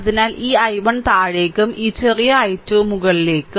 അതിനാൽ ഈ I1 താഴേക്കും ഈ ചെറിയ I2 മുകളിലേക്കും